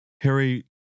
Harry